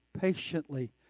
patiently